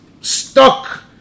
stuck